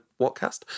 whatcast